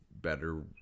better